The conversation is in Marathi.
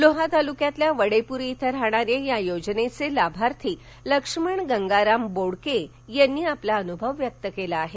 लोहा तालुक्यात वडेप्री इथे राहणारे या योजनेचे लाभार्थी लक्ष्मण गंगाराम बोडके यांनी आपला अनुभव व्यक्त केला आहे